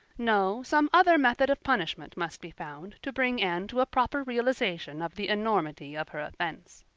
no, some other method of punishment must be found to bring anne to a proper realization of the enormity of her offense.